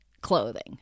clothing